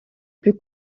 plus